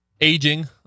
aging